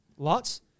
Lots